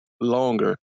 longer